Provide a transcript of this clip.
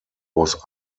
was